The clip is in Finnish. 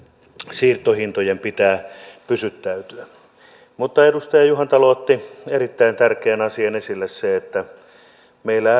siirtohintojen pitää pysyttäytyä mutta edustaja juhantalo otti erittäin tärkeän asian esille sen että meillä